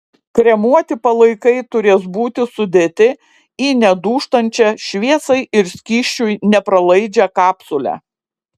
kremuoti palaikai turės būti sudėti į nedūžtančią šviesai ir skysčiui nepralaidžią kapsulę